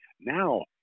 Now